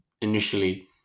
initially